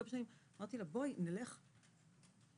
אמרתי לה: בואי נלך לתביעה,